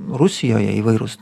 rusijoje įvairūs